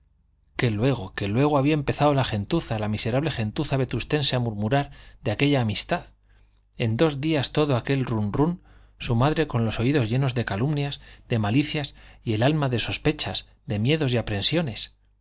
qué luego qué luego había empezado la gentuza la miserable gentuza vetustense a murmurar de aquella amistad en dos días todo aquel run run su madre con los oídos llenos de calumnias de malicias y el alma de sospechas de miedos y aprensiones